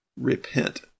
repent